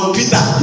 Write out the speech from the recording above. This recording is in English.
Peter